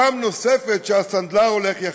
פעם נוספת, שהסנדלר הולך יחף?